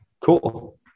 Cool